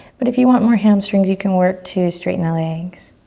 but if you want more hamstrings you can work to straighten the legs.